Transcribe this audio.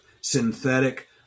synthetic